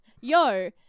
yo